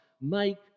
make